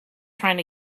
trying